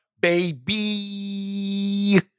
baby